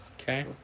Okay